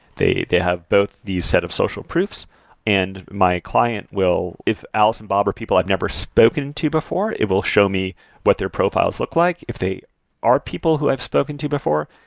they they have both the set of social proofs and my client will if alice and bob are people i've never spoken and to before, it will show me what their profiles look like. if they are people who i've spoken to before,